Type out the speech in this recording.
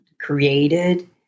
created